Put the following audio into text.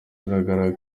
bigaragara